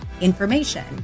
information